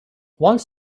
once